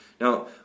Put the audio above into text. Now